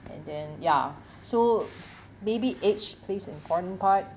and then ya so maybe age plays an important part